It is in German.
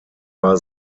war